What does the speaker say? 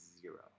zero